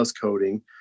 coding